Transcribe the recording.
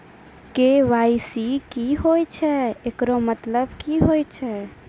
KYC की होय छै, एकरो मतलब की होय छै?